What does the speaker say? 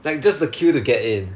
like just the queue to get in